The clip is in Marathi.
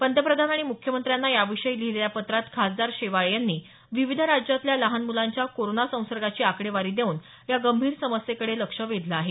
पंतप्रधान आणि मुख्यमंत्र्यांना याविषयी लिहिलेल्या पत्रात खासदार शेवाळे यांनी विविध राज्यांतल्या लहान मुलांच्या कोरोना संसर्गाची आकडेवारी देऊन या गंभीर समस्येकडे लक्ष वेधलं आहे